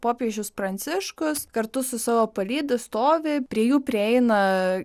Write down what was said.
popiežius pranciškus kartu su savo palyda stovi prie jų prieina